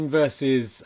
versus